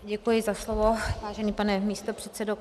Děkuji za slovo, vážený pane místopředsedo.